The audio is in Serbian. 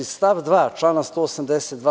Stav 2. člana 182.